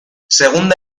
segunda